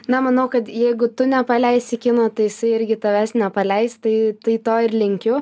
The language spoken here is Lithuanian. na manau kad jeigu tu nepaleisi kino tai jisai irgi tavęs nepaleis tai tai to ir linkiu